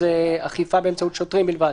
זו אכיפה באמצעות שוטרים בלבד?